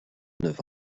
neuf